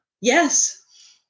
Yes